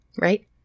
right